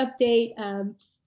update